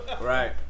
right